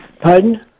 Pardon